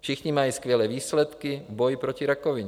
Všichni mají skvělé výsledky v boji proti rakovině.